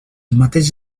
mateix